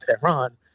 Tehran